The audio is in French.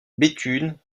béthune